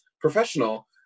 professional